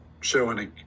showing